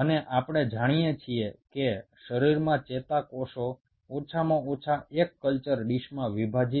এবং আমরা জানি যে শরীরে নিউরনগুলো বিভাজিত হয় না